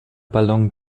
ballon